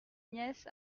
nièce